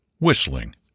whistling